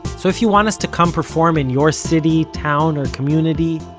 so if you want us to come perform in your city, town or community,